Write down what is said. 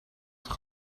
zich